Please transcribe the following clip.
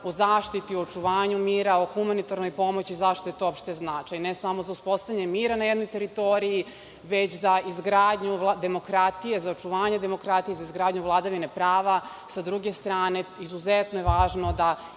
u zaštiti i očuvanju mira, o humanitarnoj pomoći, zašto je to uopšte značaj, ne samo za uspostavljanje mira na jednoj teritoriji, već za izgradnju demokratije, za očuvanje demokratije, za izgradnju vladavine prava. Sa druge strane, izuzetno je važno da